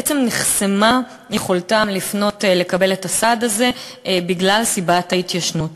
בעצם נחסמה יכולתם לפנות לקבל את הסעד הזה בגלל סיבת ההתיישנות.